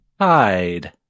Hide